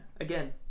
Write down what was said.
Again